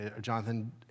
Jonathan